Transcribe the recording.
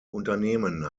unternehmen